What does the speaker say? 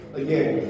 again